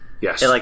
Yes